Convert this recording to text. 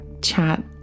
chat